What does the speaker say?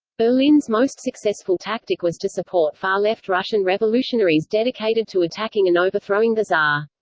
berlin's most successful tactic was to support far-left russian revolutionaries dedicated to attacking and overthrowing the tsar.